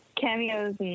cameos